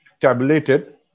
tabulated